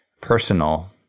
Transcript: personal